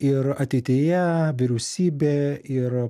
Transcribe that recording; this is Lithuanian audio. ir ateityje vyriausybė ir